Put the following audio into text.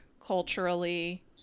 culturally